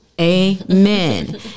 Amen